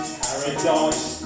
paradise